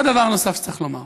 עוד דבר נוסף שצריך לומר,